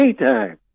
anytime